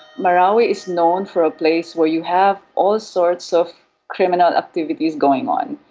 marwari is known for a place where you have all sorts of criminal activities going on.